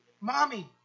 Mommy